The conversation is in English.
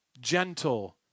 gentle